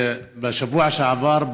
בשבוע שעבר,